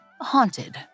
haunted